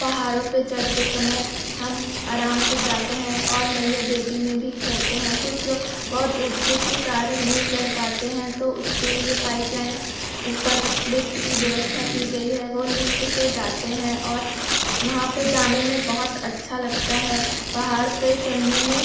पहाड़ों पर चढ़ते समय हम अराम से जाते हैं और मइहर देवी में भी चढ़ते हैं कुछ लोग बहुत ऊँचे के कारण नहीं चढ़ पाते हैं तो उसके लिए पाइपलाइन ऊपर लिफ्ट की व्यवस्था की गई है वह लिफ्ट से जाते हैं और वहाँ पर जाने में बहुत अच्छा लगता है पहाड़ पर चढ़ने में